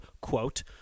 quote